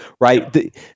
right